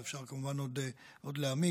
ואפשר כמובן עוד להעמיק,